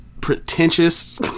pretentious